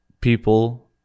people